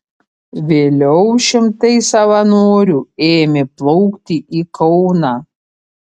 vėliau šimtai savanorių ėmė plaukti į kauną